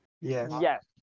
Yes